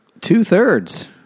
Two-thirds